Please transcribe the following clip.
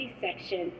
section